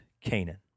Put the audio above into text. Canaan